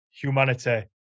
humanity